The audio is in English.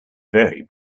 very